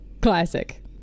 classic